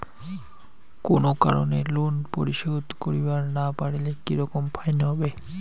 কোনো কারণে লোন পরিশোধ করিবার না পারিলে কি রকম ফাইন হবে?